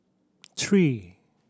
three